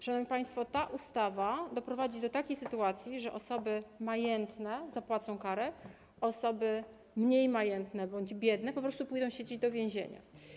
Szanowni państwo, ta ustawa doprowadzi do takiej sytuacji, że osoby majętne zapłacą karę, osoby mniej majętne bądź biedne po prostu pójdą siedzieć do więzienia.